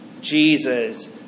Jesus